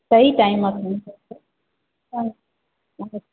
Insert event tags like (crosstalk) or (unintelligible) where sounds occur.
टेई टाइम (unintelligible)